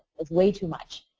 it's way too much.